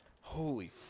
Holy